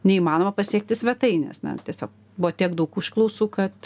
neįmanoma pasiekti svetainės na tiesiog buvo tiek daug užklausų kad